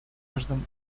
каждом